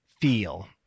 feel